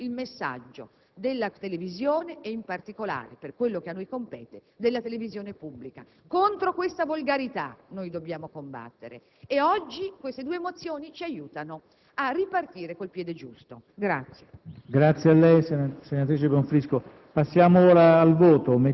che passa attraverso il messaggio della televisione ed in particolare, per quanto a noi compete, della televisione pubblica. Contro questa volgarità dobbiamo combattere e oggi queste due mozioni ci aiutano a ripartire con il piede giusto.